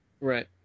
Right